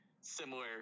similar